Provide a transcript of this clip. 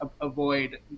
avoid